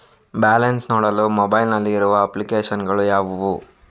Balance ನೋಡಲು mobile ನಲ್ಲಿ ಇರುವ ಅಪ್ಲಿಕೇಶನ್ ಗಳು ಯಾವುವು?